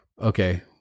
okay